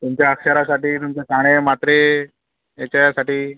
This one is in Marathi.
तुमच्या अक्षरासाठी तुमच्या काने मात्रे याच्यासाठी